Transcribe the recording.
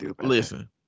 listen